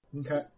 Okay